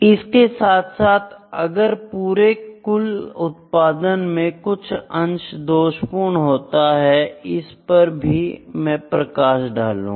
इस के साथ साथ अगर पुरे कुल उत्पादन में कुछ अंश दोषपूर्ण होता है इस पर भी मैं प्रकाश डालूगा